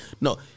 No